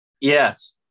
Yes